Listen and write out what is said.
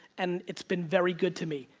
and it's been very good to me.